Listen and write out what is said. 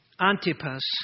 Antipas